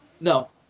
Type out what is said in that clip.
No